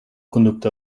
conducte